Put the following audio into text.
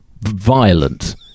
violent